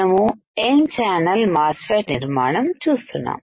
మనము N channel MOSFET నిర్మాణం చూస్తున్నాం